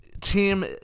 team